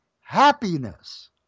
happiness